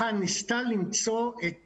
יש בג"צ נגדכם, מה זה חרצנו את דיננו?